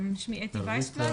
שמי אתי וייסבלאי,